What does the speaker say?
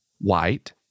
white